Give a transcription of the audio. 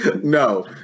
no